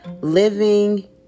living